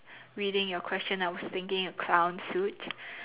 reading your question I was thinking a clown suit